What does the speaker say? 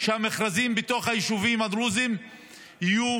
שהמכרזים בתוך היישובים הדרוזיים יהיו